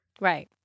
Right